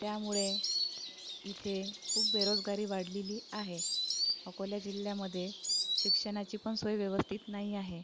त्यामुळे इथे खूप बेरोजगारी वाढलेली आहे अकोला जिल्ह्यामध्ये शिक्षणाची पण सोय व्यवस्थित नाही आहे